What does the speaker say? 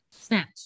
Snatch